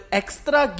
extra